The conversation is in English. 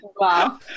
wow